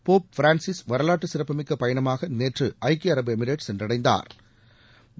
Pope Francis வரலாற்று சிறப்புமிக்க பயணமாக நேற்று ஐக்கிய அரபு எமிரேட் சென்றடைந்தாா்